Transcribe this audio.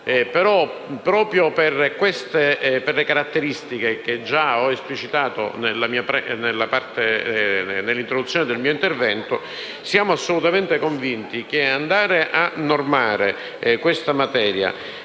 Però, proprio per le caratteristiche che ho già esplicitato nell'introduzione del mio intervento, siamo assolutamente convinti che normare questa materia